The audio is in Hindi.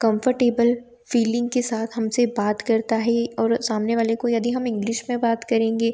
कंफरटेबल फीलिंग के साथ हमसे बात करता है और सामने वाले को यदी हम इंग्लिश में बात करेंगे